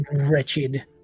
wretched